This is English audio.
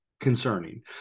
concerning